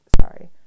sorry